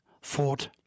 fought